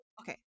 okay